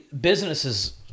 businesses